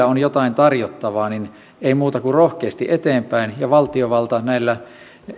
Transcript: on jotain tarjottavaa niin ei muuta kuin rohkeasti eteenpäin ja valtiovalta